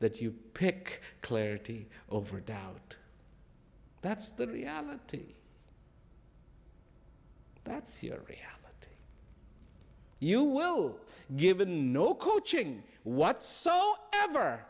that you pick clarity over a doubt that's the reality that's here you will given no coaching what so